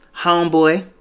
Homeboy